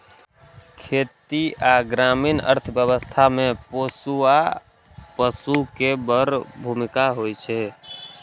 खेती आ ग्रामीण अर्थव्यवस्था मे पोसुआ पशु के बड़ भूमिका होइ छै